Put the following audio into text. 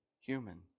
human